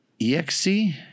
EXC